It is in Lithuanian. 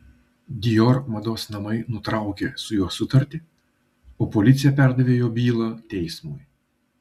dior mados namai nutraukė su juo sutartį o policija perdavė jo bylą teismui